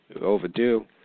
Overdue